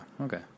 Okay